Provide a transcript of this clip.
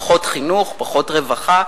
פחות חינוך, פחות רווחה,